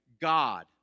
God